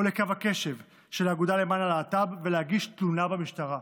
לקו הקשב של האגודה למען הלהט"ב ולהגיש תלונה במשטרה.